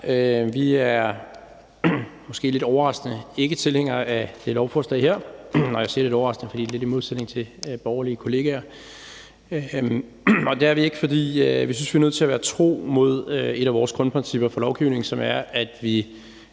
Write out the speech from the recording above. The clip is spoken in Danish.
Vi er måske lidt overraskende ikke tilhængere af det lovforslag her, og jeg siger, at det er lidt overraskende, fordi det er lidt i modsætning til borgerlige kollegaer. Det er vi ikke, fordi vi synes, vi er nødt til at være tro mod et af vores grundprincipper for lovgivning, som er, at vi